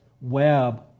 Web